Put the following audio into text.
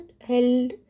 held